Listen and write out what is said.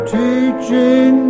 teaching